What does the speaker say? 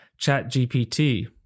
ChatGPT